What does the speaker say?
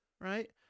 right